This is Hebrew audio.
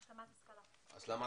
השכלה.